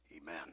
Amen